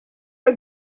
are